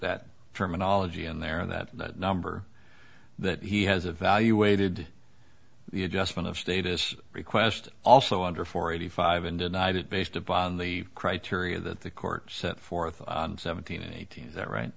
that terminology in there in that number that he has evaluated the adjustment of status request also under four eighty five and deny that based upon the criteria that the court set forth on seventeen and eighteen that right